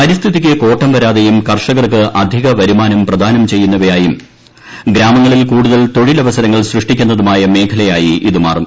പരിസ്ഥിതിക്ക് കോട്ടം വരാതെയും കർഷകർക്ക് അധിക വരുമാനം പ്രദാനം ചെയ്യുന്നവയായും ഗ്രാമങ്ങളിൽ കൂടുതൽ തൊഴിലവസരങ്ങൾ സൃഷ്ടിക്കുന്നതുമായ മേഖലയായി ഇത് മാറും